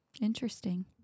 Interesting